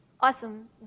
Awesome